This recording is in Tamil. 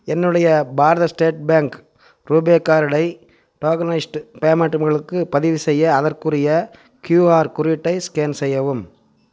என்னுடைய பாரத ஸ்டேட் பேங்க் ரூபே கார்டை டோகனைஸ்டு பேமெண்ட் பதிவுசெய்ய அதற்குரிய கியூஆர் குறியீட்டை ஸ்கேன் செய்யவும்